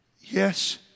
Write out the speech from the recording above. Yes